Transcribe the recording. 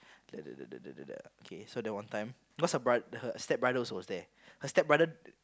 okay so that one time cause her broth~ her stepbrother also was there her stepbrother